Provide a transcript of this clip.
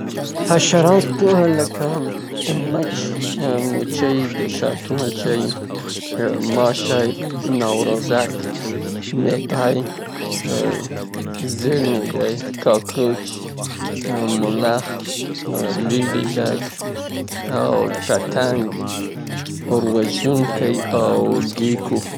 حشراتو لکه مچ، مچۍ، ماشی، د شاتو مچۍ، نوروزک، میږی، کاکروچ، ملخ، بیټل، لیډی بګ یا فالبینکه، پټنګ یا شاهپرک، ا وروژونکی او ګیکو.